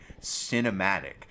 cinematic